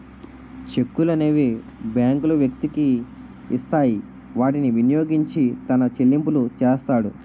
చెక్కులనేవి బ్యాంకులు వ్యక్తికి ఇస్తాయి వాటిని వినియోగించి తన చెల్లింపులు చేస్తాడు